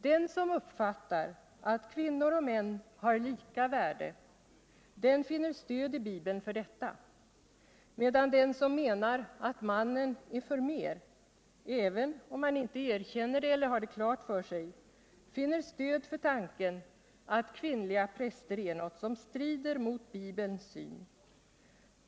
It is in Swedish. Den som uppfattar att kvinnor och män har lika värde, den finner stöd i Bibeln för detta, medan den som menar att mannen är förmer, även om man inte erkänner det eller har det klart för sig, finner stöd för tanken att kvinnliga präster är något som strider mot Bibelns syn.